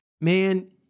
man